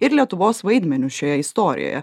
ir lietuvos vaidmeniu šioje istorijoje